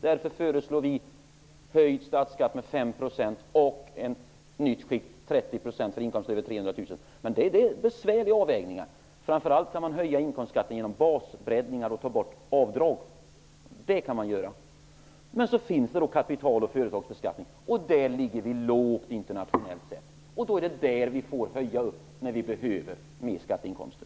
Därför föreslår vi höjd statsskatt med 5 % och med 30 % i skiktet inkomster över 300 000 kr. Det är besvärliga avvägningar, men framför allt kan man höja inkomstskatten genom basbreddningar och genom att ta bort avdrag. Och så finns det kapital och företagsbeskattning. Där ligger vi lågt internationellt sett, och då är det där vi får höja upp när vi behöver mer skatteinkomster.